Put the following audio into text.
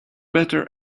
better